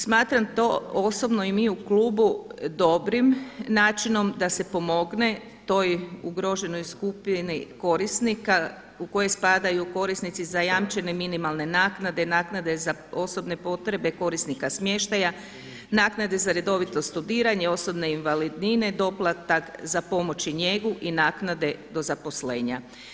Smatram to osobno i mi u klubu dobrim načinom da se pomogne toj ugroženoj skupini korisnika u koje spadaju korisnici zajamčene minimalne naknade, naknade za osobne potrebe korisnika smještaja, naknade za redovito studiranje, osobne invalidnine, doplatak za pomoć i njegu i naknade do zaposlenja.